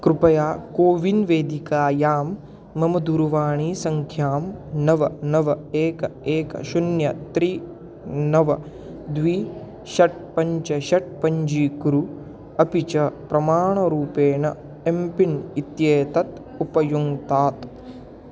कृपया कोविन् वेदिकायां मम दूरुवाणीसङ्ख्यां नव नव एकम् एकं शुन्यं त्रीणि नव द्वे षट् पञ्च षट् पञ्जीकुरु अपि च प्रमाणरूपेण एम्पिन् इत्येतत् उपयुङ्क्तात्